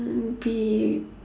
mm be